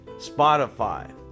Spotify